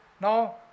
now